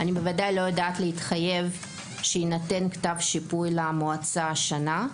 אני בוודאי לא יודעת להתחייב שיינתן כתב שיפוי למועצה השנה,